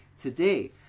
today